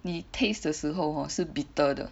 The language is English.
你 taste 的时候 hor 是 bitter 的